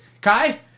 Kai